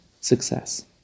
success